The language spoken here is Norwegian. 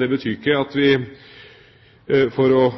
Det betyr ikke at vi, for å